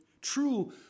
true